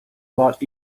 lot